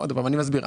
אני מסביר.